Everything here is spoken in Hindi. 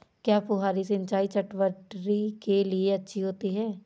क्या फुहारी सिंचाई चटवटरी के लिए अच्छी होती है?